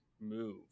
move